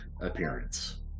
appearance